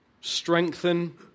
strengthen